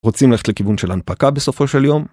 רוצים ללכת לכיוון של הנפקה בסופו של יום?